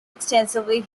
extensively